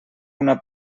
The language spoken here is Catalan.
una